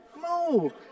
No